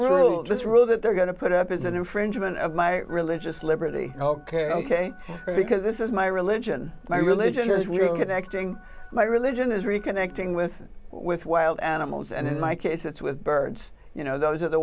rule this rule that they're going to put up is an infringement of my religious liberty ok ok because this is my religion my religion is really connecting my religion is reconnecting with with wild animals and in my case it's with birds you know those are the